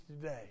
today